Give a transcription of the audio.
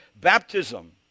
baptism